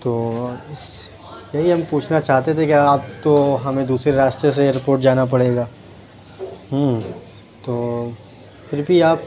تو اِس یہی ہم پوچھنا چاہتے تھے کہ اب تو ہمیں دوسرے راستے سے ائیر پورٹ جانا پڑے گا تو پھر بھی آپ